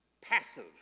passive